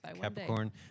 Capricorn